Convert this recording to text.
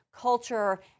culture